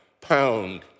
pound